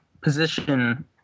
position